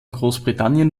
großbritannien